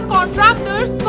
Contractors